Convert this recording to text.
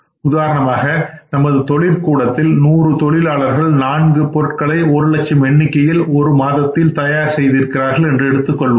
உதாரணமாக நமது தொழிற்கூடத்தில் 100 தொழிலாளர்கள் 4 பொருட்களை ஒரு லட்சம் எண்ணிக்கையில் ஒரு மாதத்தில் தயார் செய்திருக்கிறார்கள் என்று எடுத்துக்கொள்வோம்